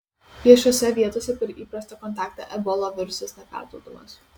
viešose vietose per įprastą kontaktą ebola virusas neperduodamas